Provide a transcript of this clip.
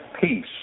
peace